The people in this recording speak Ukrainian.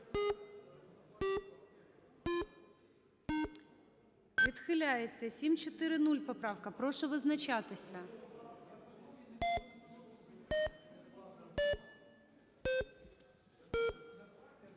Відхиляється. 740 поправка. Прошу визначатися.